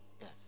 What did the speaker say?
yes